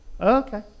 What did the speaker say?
Okay